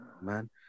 man